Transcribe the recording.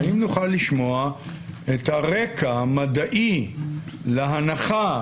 את הרקע המדעי להנחה